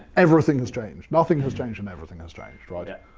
everything has changed, nothing has changed, and everything has changed, right? yeah